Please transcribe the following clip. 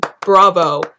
bravo